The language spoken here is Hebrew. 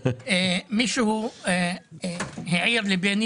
אנשים מנסים לחפש סיבות כאלה